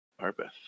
Arbeth